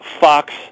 Fox